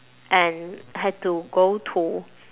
and had to go to